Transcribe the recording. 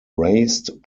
raised